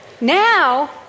now